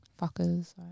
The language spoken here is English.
fuckers